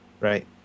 right